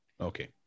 Okay